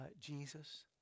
Jesus